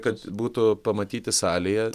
kad būtų pamatyti salėje